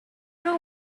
know